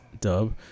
dub